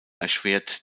erschwert